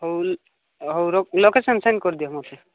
ହଉ ହଉ location send କରି ଦିଅ ମୋତେ